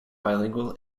bilingual